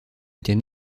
était